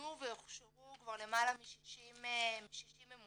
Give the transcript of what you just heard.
ומונו והוכשרו כבר למעלה מ-60 ממונים,